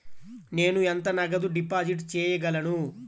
నేను ఎంత నగదు డిపాజిట్ చేయగలను?